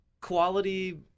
quality